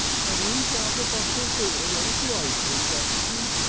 have you got the bottled beer ready to open, betsy?